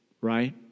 right